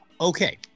Okay